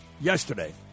yesterday